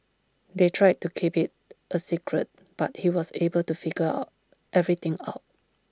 they tried to keep IT A secret but he was able to figure out everything out